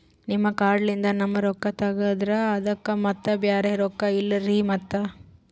ನಿಮ್ ಕಾರ್ಡ್ ಲಿಂದ ನಮ್ ರೊಕ್ಕ ತಗದ್ರ ಅದಕ್ಕ ಮತ್ತ ಬ್ಯಾರೆ ರೊಕ್ಕ ಇಲ್ಲಲ್ರಿ ಮತ್ತ?